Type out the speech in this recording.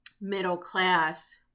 middle-class